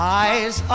eyes